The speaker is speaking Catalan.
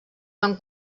van